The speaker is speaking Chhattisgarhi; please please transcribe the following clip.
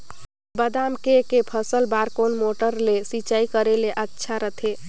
बादाम के के फसल बार कोन मोटर ले सिंचाई करे ले अच्छा रथे?